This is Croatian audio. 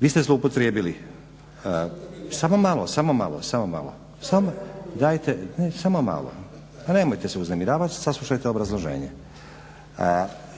vi ste zloupotrijebili" samo malo, nemojte se uznemiravati. Saslušajte obrazloženje.